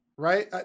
Right